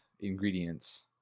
ingredients